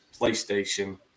PlayStation